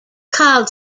called